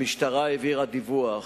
המשטרה העבירה דיווח